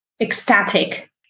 ecstatic